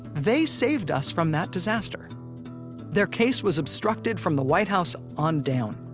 they saved us from that disaster their case was obstructed from the white house on down,